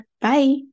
Bye